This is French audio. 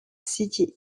city